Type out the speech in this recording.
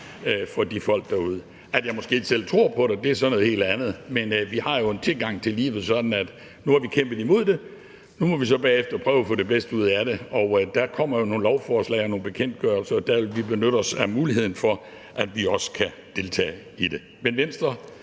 for de folk derude. At jeg måske ikke selv tror på det, er så noget helt andet, men vi har jo en tilgang til livet, sådan at vi nu har kæmpet imod det, og at vi så bagefter må prøve at få det bedste ud af det. Der kommer jo nogle lovforslag og nogle bekendtgørelser, og der vil vi også benytte os af muligheden for, at vi kan deltage i det. Men Venstre